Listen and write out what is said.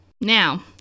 Now